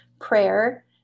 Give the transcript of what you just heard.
prayer